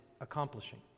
accomplishing